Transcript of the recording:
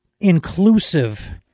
inclusive